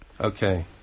Okay